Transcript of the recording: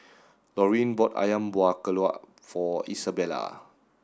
Laurene bought Ayam Buah Keluak for Isabela